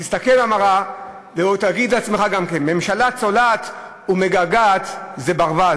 תסתכל במראה ותגיד לעצמך גם כן: ממשלה צולעת ומגעגעת זה ברווז,